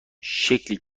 شکلی